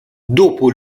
dopo